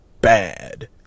bad